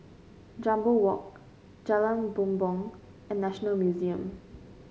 Jambol Walk Jalan Bumbong and National Museum